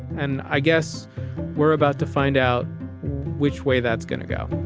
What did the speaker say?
and i guess we're about to find out which way that's going to go